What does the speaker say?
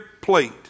plate